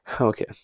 Okay